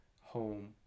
home